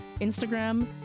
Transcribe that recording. Instagram